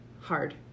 hard